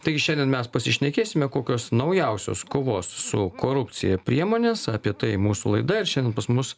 tai šiandien mes pasišnekėsime kokios naujausios kovos su korupcija priemonės apie tai mūsų laida ir šiandien pas mus